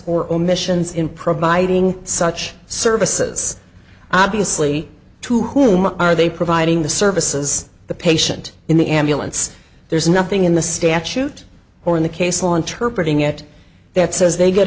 or omissions in providing such services obviously to whom are they providing the services the patient in the ambulance there's nothing in the statute or in the case law interpreter yet that says they get